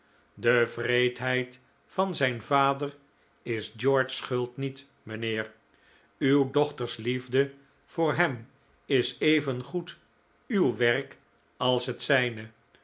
de wreedheid van zijn vader is george's schuld niet mijnheer uw dochters liefde voor hem is even goed uw werk als het zijne